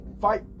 fight